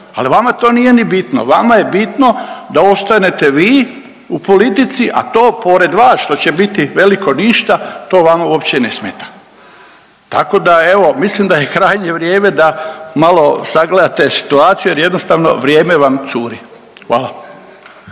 Ali vama to nije ni bitno. Vama je bitno da ostanete vi u politici, a to pored vas što će biti veliko ništa, to vama uopće ne smeta. Tako da evo, mislim da je krajnje vrijeme da malo sagledate situaciju jer jednostavno vrijeme vam curi. Hvala.